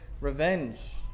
revenge